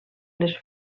les